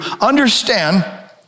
understand